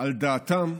על דעתם,